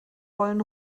wollen